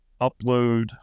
upload